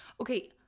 okay